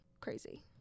crazy